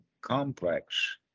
complex